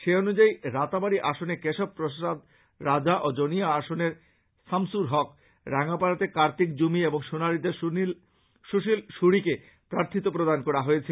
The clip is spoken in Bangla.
সে অনুযায়ী রাতাবাড়ী আসনে কেশব প্রসাদ রাজা এবং জনিয়া আসনের সামসুর হক রাঙ্গাপাড়াতে কার্তিক জুমী এবং সোনারীতে সুশীল সুরীকে প্রার্থীত্ব প্রদান করা হয়েছে